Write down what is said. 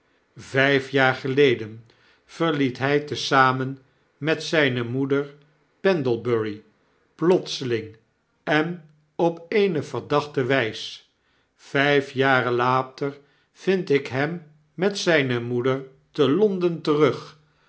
vijf jaar geleden verliet hij te zamen met zijne moeder pendlebury plotseling en op eene verdachte wijs vijf jaren later vind ik hem met zijne moeder te l on den terug